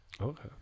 Okay